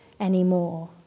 anymore